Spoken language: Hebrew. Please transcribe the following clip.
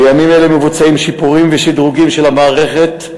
בימים אלה מבוצעים שיפורים ושדרוגים של המערכת,